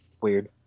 Weird